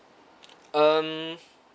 um